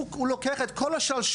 שהוא לוקח את כל השרשרת,